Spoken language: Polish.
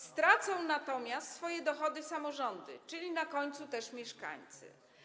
Stracą natomiast swoje dochody samorządy, czyli na końcu też mieszkańcy.